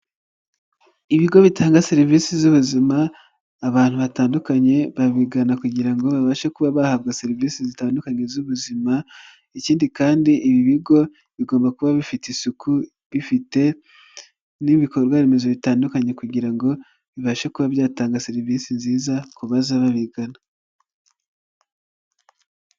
Ibigo bitanga serivisi z'ubuzima, abantu batandukanye babigana kugira ngo babashe kuba bahabwa serivisi zitandukanye z'ubuzima. ikindi kandi ibi bigo bigomba kuba bifite isuku, bifite n'ibikorwaremezo bitandukanye kugira ngo bibashe kuba byatanga serivisi nziza kuza babigana.